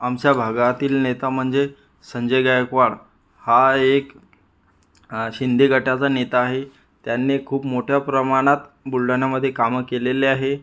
आमच्या भागातील नेता म्हंजे संजय गायकवाड हा एक शिंदे गटाचा नेता आहे त्यांनी खूप मोठ्या प्रमाणात बुलढाण्यामधे कामं केलेले आहे